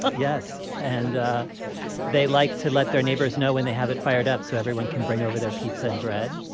like yes. and ah they like to let their neighbors know when they have it fired up so everyone can bring over their pizza and bread.